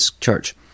church